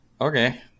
okay